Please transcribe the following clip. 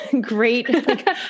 great